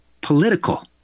political